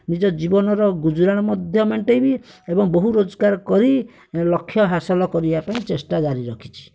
ନିଜ ଜୀବନର ଗୁଜୁରାଣ ମଧ୍ୟ ମେଣ୍ଟାଇବି ଏବଂ ବହୁ ରୋଜଗାର କରି ଲକ୍ଷ୍ୟ ହାସଲ କରିବା ପାଇଁ ଚେଷ୍ଟା ଜାରି ରଖିଛି